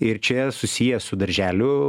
ir čia susiję su darželių